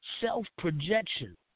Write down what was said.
self-projection